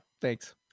Thanks